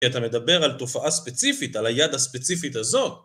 כי אתה מדבר על תופעה ספציפית על היד הספציפית הזאת